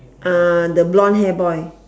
uh the blonde hair boy